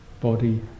body